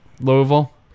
Louisville